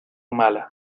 mala